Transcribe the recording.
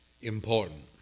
important